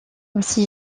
aussi